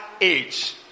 age